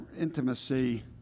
intimacy